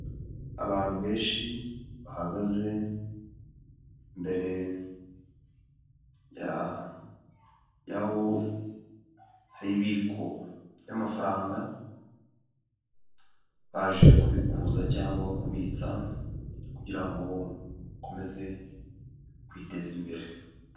Abantu benshi, bahagaze, imbere, ya, yaho, hari ibiko ry'amafaranga, baje kubikuza cyangwa kubitsa, kugira ngo bakomeze kwiteza imbere.